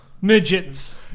Midgets